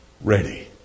ready